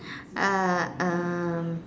uh um